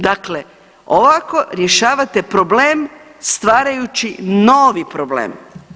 Dakle, ovako rješavate problem stvarajući novi problem.